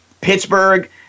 Pittsburgh